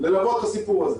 ללוות את הסיפור הזה.